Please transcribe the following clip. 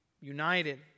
united